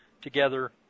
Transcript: together